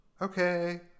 Okay